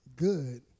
good